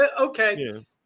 Okay